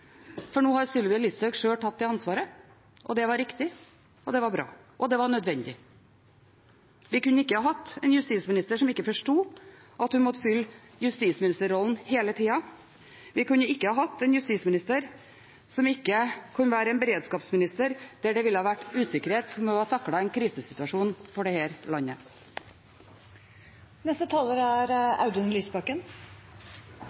For nå har Sylvi Listhaug sjøl tatt det ansvaret. Det var riktig, og det var bra – og det var nødvendig. Vi kunne ikke hatt en justisminister som ikke forsto at hun måtte fylle justisministerrollen hele tida, vi kunne ikke hatt en justisminister som ikke kunne være en beredskapsminister, der det ville vært usikkerhet om hun hadde taklet en krisesituasjon for dette landet. Vi står ved avslutningen av en politisk krise som er